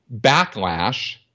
backlash